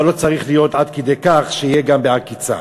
אבל לא צריך להיות עד כדי כך שיהיה גם בעקיצה.